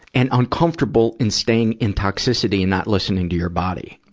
and uncomfortable and staying in toxicity and not listening to your body.